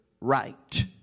right